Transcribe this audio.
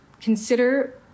consider